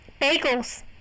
bagels